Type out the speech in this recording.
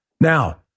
Now